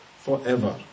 forever